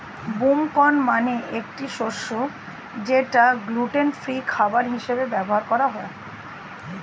broom corn মানে একটি শস্য যেটা গ্লুটেন ফ্রি খাবার হিসেবে ব্যবহার হয়